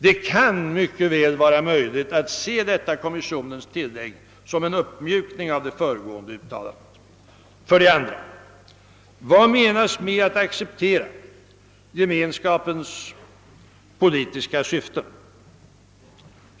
Det kan mycket väl vara möjligt att se kommissionens tillägg som en uppmjukning av det föregående uttalandet. För det andra: Vad menas med att acceptera Gemenskapens politiska syften?